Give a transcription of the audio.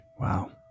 Wow